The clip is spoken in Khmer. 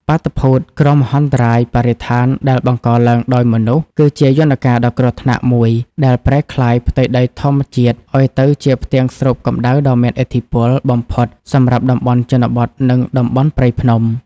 បាតុភូត គ្រោះមហន្តរាយបរិស្ថានដែលបង្កឡើងដោយមនុស្ស គឺជាយន្តការដ៏គ្រោះថ្នាក់មួយដែលប្រែក្លាយផ្ទៃដីធម្មជាតិឱ្យទៅជាផ្ទាំងស្រូបកម្ដៅដ៏មានឥទ្ធិពលបំផុតសម្រាប់តំបន់ជនបទ និងតំបន់ព្រៃភ្នំ។